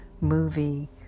movie